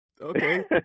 okay